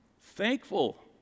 Thankful